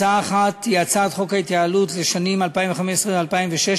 הצעה אחת היא הצעת חוק ההתייעלות לשנים 2015 ו-2016,